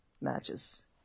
matches